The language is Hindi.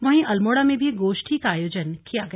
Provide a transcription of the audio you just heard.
वहीं अल्मोड़ा में भी गोष्ठी का आयोजन किया गया